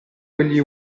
quegli